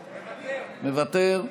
מוותר,